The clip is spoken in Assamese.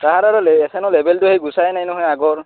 তাৰ আৰু এখনো লেবেলটো গুচাই নাই নহয় আগৰ